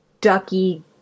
ducky